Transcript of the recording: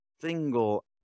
single